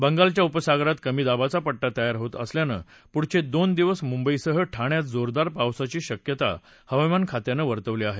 बगालच्या उपसागरात कमी दाबाचा पट्टा तयार होत असल्यानं पुढचे दोन दिवस मुंबईसह ठाण्यात जोरदार पावसाची शक्यता हवामान खात्याने वर्तवली आहे